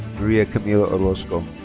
maria camila orozco.